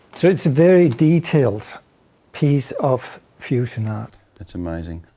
so it's very detailed piece of fusion art. that's amazing,